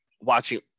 watching